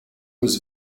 was